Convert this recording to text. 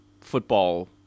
football